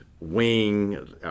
Wing